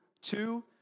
Two